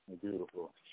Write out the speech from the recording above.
Beautiful